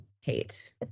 hate